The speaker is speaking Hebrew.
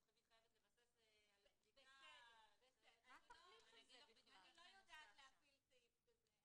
את תמיד חייבת לבסס על בדיקה --- אני לא יודעת להפעיל סעיף כזה.